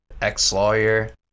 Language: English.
ex-lawyer